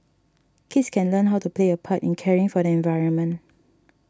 kids can learn how to play a part in caring for the environment